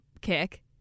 kick